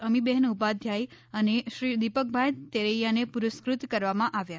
અમીબહેન ઉપાધ્યાય અને શ્રી દીપકભાઈ તેરૈયાને પુરસ્કૃત કરવામાં આવ્યા